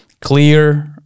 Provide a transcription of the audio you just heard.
clear